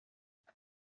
plait